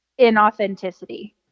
inauthenticity